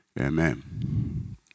amen